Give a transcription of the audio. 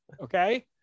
okay